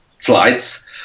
flights